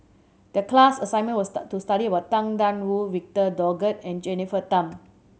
the class assignment was to study about Tang Da Wu Victor Doggett and Jennifer Tham